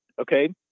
Okay